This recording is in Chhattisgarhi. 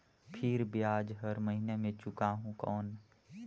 फिर ब्याज हर महीना मे चुकाहू कौन?